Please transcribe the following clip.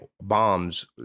bombs